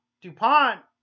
DuPont